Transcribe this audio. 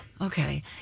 Okay